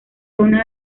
uno